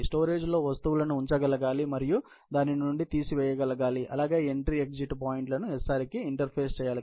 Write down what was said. storage లో వస్తువులను ఉంచగలగాలి మరియు దాని నుండి తీసివేయగలగాలి అలాగే ఎంట్రీ ఎగ్జిట్ పాయింట్లను SR కి ఇంటర్ఫేస్ చేయాలి